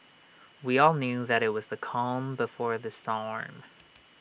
we all knew that IT was the calm before the storm